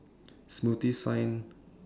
smoothies sign